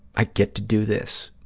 i get to do this.